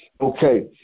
Okay